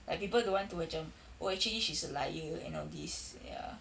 like people don't want to macam oh actually she's a liar and all these ya